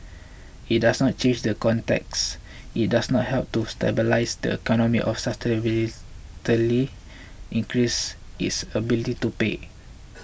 it doesn't change the context it doesn't help to stabilise the economy or substantially increase its ability to pay